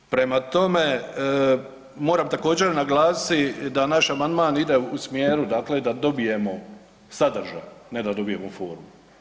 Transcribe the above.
Prema tome, moram također naglasit da naš amandman ide u smjeru dakle da dobijemo sadržaj, ne da dobijemo formu.